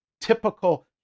typical